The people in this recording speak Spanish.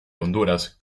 honduras